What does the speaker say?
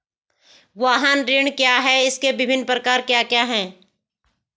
वाहन ऋण क्या है इसके विभिन्न प्रकार क्या क्या हैं?